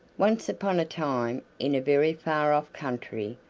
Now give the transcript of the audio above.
once upon a time, in a very far-off country,